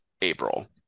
April